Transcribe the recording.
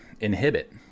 inhibit